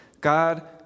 God